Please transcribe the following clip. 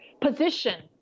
position